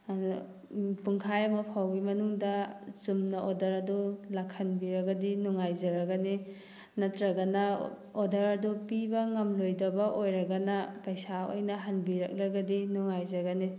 ꯑꯗꯣ ꯄꯨꯡꯈꯥꯏ ꯑꯃ ꯐꯥꯎꯕꯒꯤ ꯃꯅꯨꯡꯗ ꯆꯨꯝꯅ ꯑꯣꯗꯔ ꯑꯗꯨ ꯂꯥꯛꯍꯟꯕꯤꯔꯒꯗꯤ ꯅꯨꯡꯉꯥꯏꯖꯔꯒꯅꯤ ꯅꯠꯇ꯭ꯔꯒꯅ ꯑꯣꯗꯔ ꯑꯗꯨ ꯄꯤꯕ ꯉꯝꯂꯣꯏꯗꯕ ꯑꯣꯏꯔꯒꯅ ꯄꯩꯁꯥ ꯑꯣꯏꯅ ꯍꯟꯕꯤꯔꯛꯂꯒꯗꯤ ꯅꯨꯡꯉꯥꯏꯖꯒꯅꯤ